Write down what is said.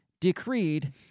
decreed